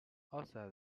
outside